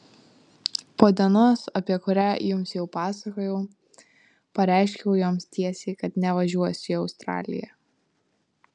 po dienos apie kurią jums jau pasakojau pareiškiau joms tiesiai kad nevažiuosiu į australiją